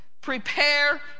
prepare